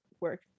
work